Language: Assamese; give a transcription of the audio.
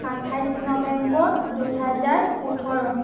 আঠাইছ নৱেম্বৰ দুহেজাৰ ওঠৰ